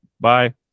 bye